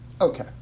Okay